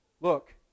Look